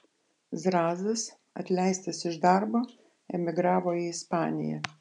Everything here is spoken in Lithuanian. zrazas atleistas iš darbo emigravo į ispaniją